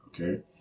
okay